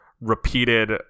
repeated